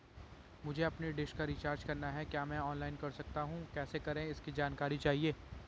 मुझे अपनी डिश का रिचार्ज करना है क्या मैं ऑनलाइन कर सकता हूँ कैसे करें इसकी जानकारी चाहिए?